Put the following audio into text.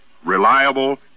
reliable